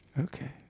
Okay